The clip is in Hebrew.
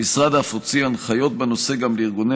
המשרד אף הוציא הנחיות בנושא גם לארגוני